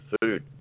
food